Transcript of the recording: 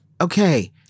Okay